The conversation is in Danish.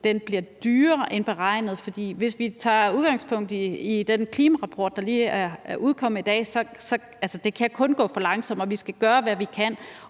bliver dyrere end beregnet. For hvis vi tager udgangspunkt i den klimarapport, der lige er udkommet i dag, kan det kun gå for langsomt, og vi skal gøre, hvad vi kan,